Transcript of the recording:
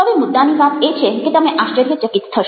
હવે મુદ્દાની વાત એ છે કે તમે આશ્ચર્યચકિત થશો